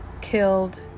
killed